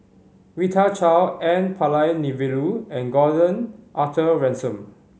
Rita Chao N Palanivelu and Gordon Arthur Ransome